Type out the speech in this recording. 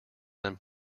than